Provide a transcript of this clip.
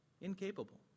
Incapable